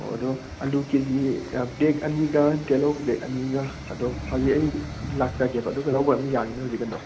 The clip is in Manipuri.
ꯑꯣ ꯑꯗꯣ ꯑꯂꯨ ꯀꯦꯖꯤ ꯕꯦꯒ ꯑꯅꯤꯒ ꯇꯤꯜꯍꯧ ꯕꯦꯒ ꯑꯅꯤꯒ ꯑꯗꯣ ꯍꯧꯖꯤꯛ ꯑꯩ ꯂꯥꯛꯆꯒꯦꯕ ꯑꯗꯨꯒ ꯂꯧꯕ ꯑꯗꯨꯝ ꯌꯥꯔꯅꯤꯅ ꯍꯧꯖꯤꯛ ꯑꯗꯨꯝ